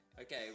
okay